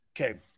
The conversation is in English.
Okay